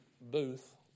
Booth